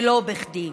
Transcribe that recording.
ולא בכדי.